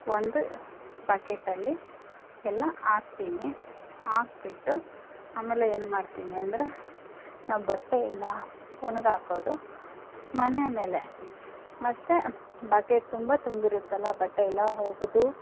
ಒಂದು ಬಕೇಟಲ್ಲಿ ಎಲ್ಲ ಹಾಕ್ತೀನಿ ಹಾಕ್ಬಿಟ್ಟು ಆಮೇಲೆ ಏನು ಮಾಡ್ತೀನಿ ಅಂದರೆ ಬಟ್ಟೆಯೆಲ್ಲಾ ಒಣಗಾಕೋದು ಮನೆಯ ಮೇಲೆ ಮತ್ತೆ ಬಕೆಟ್ ತುಂಬ ತುಂಬಿರುತ್ತೆಲ್ಲ ಬಟ್ಟೆ ಎಲ್ಲ ಒಗೆದು